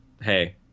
hey